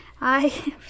I-